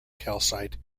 calcite